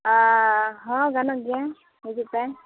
ᱚᱻ ᱦᱮᱸ ᱜᱟᱱᱚᱜ ᱜᱮᱭᱟ ᱦᱤᱡᱩᱜᱯᱮ